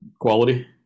quality